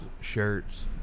shirts